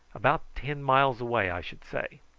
about ten miles away, i should say.